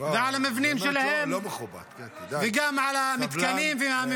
ועל המבנים שלהם וגם על המתקנים.